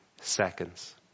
seconds